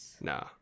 No